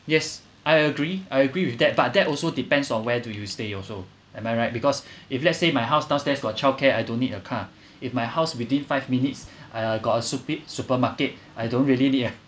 yes I agree I agree with that but that also depends on where do you stay also am I right because if let's say my house downstairs got childcare I don't need a car if my house within five minutes uh got a supe~ supermarket I don't really need a